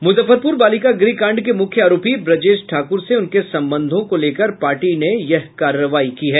मुजफ्फरपुर बालिका गृह कांड के मुख्य आरोपी ब्रजेश ठाकुर से उनके संबंधों को लेकर पार्टी ने यह कार्रवाई की है